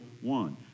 one